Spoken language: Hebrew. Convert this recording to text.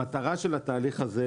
המטרה של התהליך הזה,